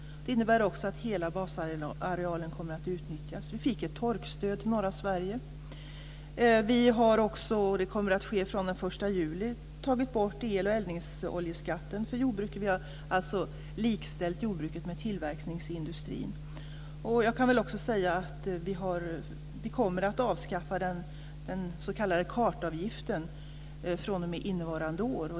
Det innebär också att hela basarealen kommer att utnyttjas. Vi fick ett torkstöd till norra Sverige. Den 1 juli tas el och eldningsoljeskatten bort för jordbruket. Vi har likställt jordbruket med tillverkningsindustrin. Jag kan också säga att vi kommer att avskaffa den s.k. kartavgiften fr.o.m. innevarande år.